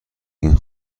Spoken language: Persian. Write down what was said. این